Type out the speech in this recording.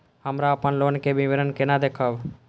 हमरा अपन लोन के विवरण केना देखब?